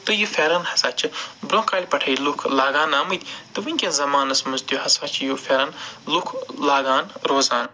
تہٕ یہِ پھٮ۪رن ہسا چھِ برٛونٛہہ کالہِ پٮ۪ٹھَے لُکھ لاگان آمٕتۍ تہٕ وٕنۍکٮ۪س زمانس منٛز تہِ ہسا چھُ یہِ پھٮ۪رن لُکھ لاگان روزان